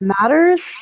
matters